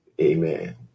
Amen